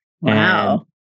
Wow